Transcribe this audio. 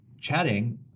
chatting